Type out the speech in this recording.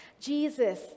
Jesus